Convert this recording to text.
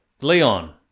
Leon